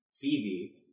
Phoebe